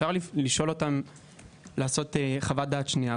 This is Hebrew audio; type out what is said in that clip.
אפשר לעשות חוות דעת שנייה,